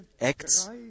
Acts